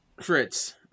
Fritz